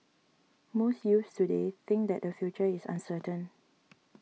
most youths today think that their future is uncertain